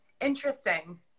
Interesting